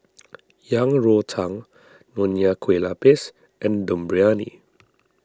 Yang Rou Tang Nonya Kueh Lapis and Dum Briyani